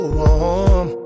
warm